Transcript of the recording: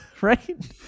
right